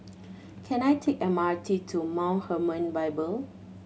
can I take M R T to Mount Hermon Bible